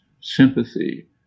sympathy